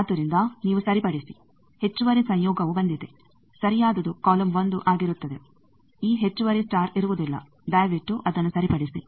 ಆದ್ದರಿಂದ ನೀವು ಸರಿಪಡಿಸಿ ಹೆಚ್ಚುವರಿ ಸಂಯೋಗವು ಬಂದಿದೆ ಸರಿಯಾದದು ಕಾಲಮ್1 ಆಗಿರುತ್ತದೆ ಈ ಹೆಚ್ಚುವರಿ ಸ್ಟಾರ್ ಇರುವುದಿಲ್ಲ ದಯವಿಟ್ಟು ಅದನ್ನು ಸರಿಪಡಿಸಿ